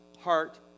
heart